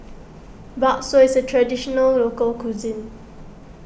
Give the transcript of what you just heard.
Bakso is a Traditional Local Cuisine